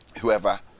whoever